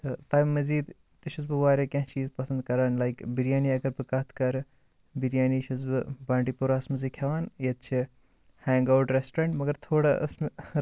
تہٕ تَمہِ مٔزیٖد تہِ چھُس بہٕ واریاہ کینٛہہ چیٖز پسنٛد کَران لایِک بِریانی اگر بہٕ کَتھ کَرٕ بِریانی چھُس بہٕ بانٛڈی پوراہَسٕے منٛز کھٮ۪وان ییٚتہِ چھِ ہینٛگ آوُٹ ریسٹورَنٛٹ مگر تھوڑا ٲسۍ نہٕ راتھ